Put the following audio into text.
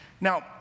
Now